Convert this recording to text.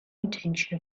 intention